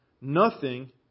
Nothing